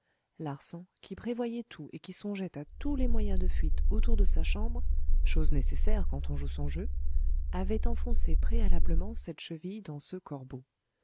larsan qui prévoyait tout et qui songeait à tous les moyens de fuite autour de sa chambre chose nécessaire quand on joue son jeu avait enfoncé préalablement cette cheville dans ce corbeau